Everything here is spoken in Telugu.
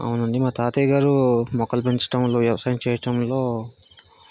అవునండి మా తాతయ్య గారు మొక్కలు పెంచటంలో వ్యవసాయం చేయటంలో